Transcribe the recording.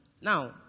Now